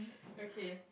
okay